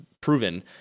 proven